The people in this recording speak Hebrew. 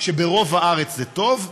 שברוב הארץ זה טוב.